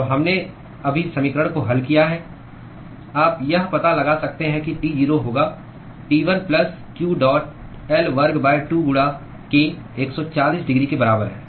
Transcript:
तो हमने अभी समीकरण को हल किया है आप यह पता लगा सकते हैं कि T0 होगा T1 plus q dot L वर्ग 2 गुणा k 140 डिग्री के बराबर है